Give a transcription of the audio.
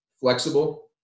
Flexible